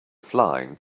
flying